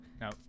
No